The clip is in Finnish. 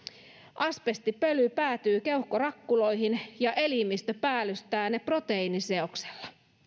asbestipöly päätyy keuhkorakkuloihin ja elimistö päällystää ne proteiiniseoksella